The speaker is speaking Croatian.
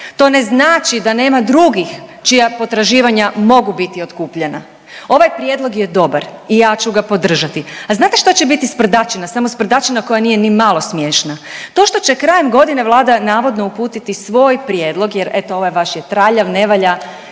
To ne znači da nema drugih čija potraživanja mogu biti otkupljena. Ovaj prijedlog je dobar i ja ću ga podržati. A znate što će sprdačina, samo sprdačina koja nije nimalo smiješna to što će krajem godine Vlada navodno uputiti svoj prijedlog, eto ovaj vaš je traljav, ne valja